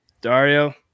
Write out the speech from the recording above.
dario